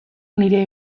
nire